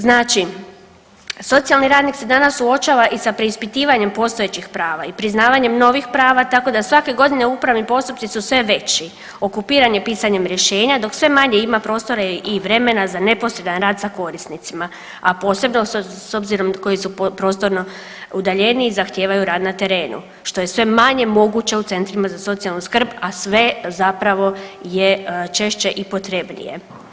Znači socijalni radnik se danas suočava i sa preispitivanjem postojećih prava i priznavanjem novih prava, tako da svake godine upravni postupci su sve veći okupiran je pisanjem rješenja dok sve manje ima prostora i vremena za neposredan rad sa korisnicima, a posebno s obzirom koji su prostorno udaljeniji zahtijevaju rad na terenu, što je sve manje moguće u centrima za socijalnu skrb, a sve zapravo je češće i potrebnije.